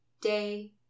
day